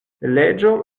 leĝo